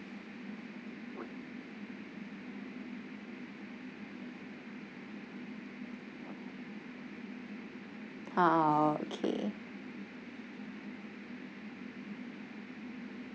ah okay